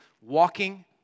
walking